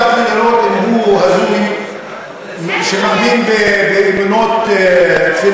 אכפת לי לראות אם הוא הזוי שמאמין באמונות טפלות,